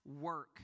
work